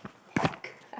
park